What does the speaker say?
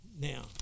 Now